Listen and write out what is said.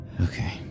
Okay